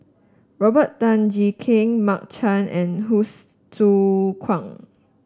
Robert Tan Jee Keng Mark Chan and Hsu Tse Kwang